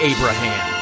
Abraham